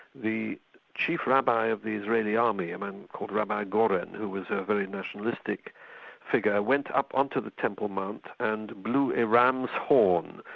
the chief rabbi of the israeli army, a man called rabbi goren, who was a very nationalistic figure, went up on to the temple mount and blew a ram's horn,